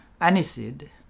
aniseed